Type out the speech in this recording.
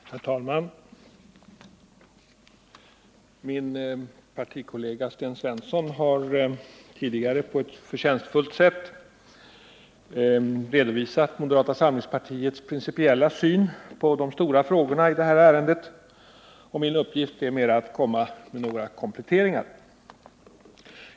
Herr talman! Min partikollega Sten Svensson har tidigare på ett förtjänstfullt sätt redovisat moderata samlingspartiets principiella syn på de stora frågorna i detta ärende. Min uppgift är mer att komma med några kompletteringar.